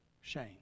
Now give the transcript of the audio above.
shame